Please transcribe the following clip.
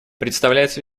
представляется